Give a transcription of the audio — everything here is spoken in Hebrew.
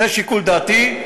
זה שיקול דעתי.